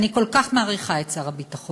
אני כל כך מעריכה את שר הביטחון,